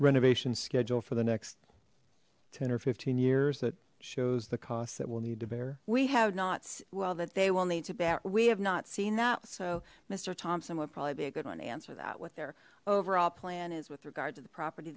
renovation scheduled for the next ten or fifteen years that shows the cost that we'll need to bear we have not well that they will need to bear we have not seen that so mister thompson would probably be a good one to answer that what their overall plan is with regard to the property